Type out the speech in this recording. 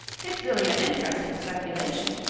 it's really an interesting speculation.